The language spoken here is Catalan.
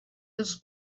dels